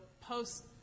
post